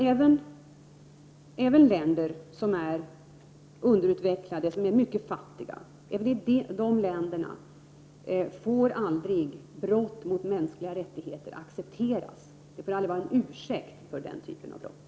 Även när det gäller mycket fattiga u-länder måste det vara så att brott mot de mänskliga rättigheterna aldrig får accepteras; det får inte finnas någon ursäkt för den typen av brott.